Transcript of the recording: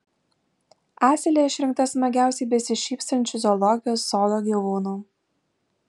asilė išrinkta smagiausiai besišypsančiu zoologijos sodo gyvūnu